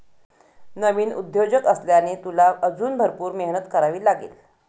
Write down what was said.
नवीन उद्योजक असल्याने, तुला अजून भरपूर मेहनत करावी लागेल